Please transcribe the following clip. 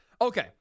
Okay